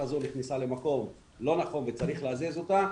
הזאת נכנסה למקום לא נכון וצריך להזיז אותה,